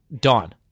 Dawn